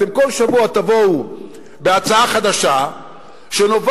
אתם כל שבוע תבואו בהצעה חדשה שנובעת